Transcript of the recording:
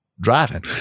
Driving